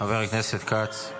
חבר הכנסת כץ.